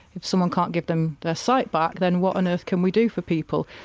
if someone can't give them their sight back then what on earth can we do for people.